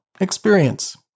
experience